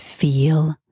feel